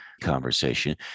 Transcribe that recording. conversation